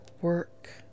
work